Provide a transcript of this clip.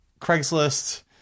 Craigslist